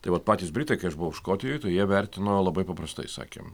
tai vat patys britai kai aš buvau škotijoj jie vertino labai paprastai sakėm